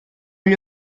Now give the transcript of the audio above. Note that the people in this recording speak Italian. gli